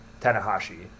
Tanahashi